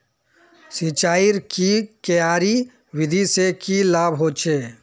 सिंचाईर की क्यारी विधि से की लाभ होचे?